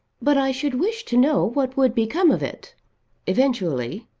but i should wish to know what would become of it eventually.